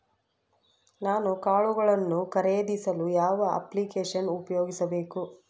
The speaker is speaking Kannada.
ನಾನು ಕಾಳುಗಳನ್ನು ಖರೇದಿಸಲು ಯಾವ ಅಪ್ಲಿಕೇಶನ್ ಉಪಯೋಗಿಸಬೇಕು?